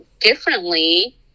differently